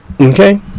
Okay